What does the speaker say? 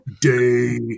Day